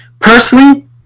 Personally